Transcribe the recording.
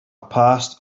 past